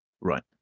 Right